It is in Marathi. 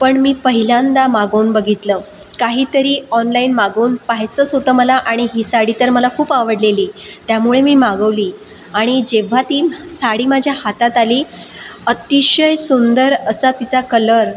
पण मी पहिल्यांदा मागवून बघितलं काहीतरी ऑनलाईन मागवून पहायचंच होतं मला आणि ही साडी तर मला खूप आवडलेली त्यामुळे मी मागवली आणि जेव्हा ती साडी माझ्या हातात आली अतिशय सुंदर असा तिचा कलर